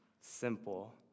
simple